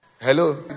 Hello